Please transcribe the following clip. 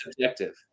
subjective